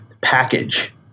package